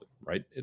right